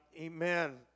Amen